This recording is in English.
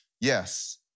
Yes